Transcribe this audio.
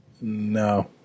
No